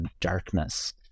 darkness